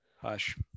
hush